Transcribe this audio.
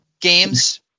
games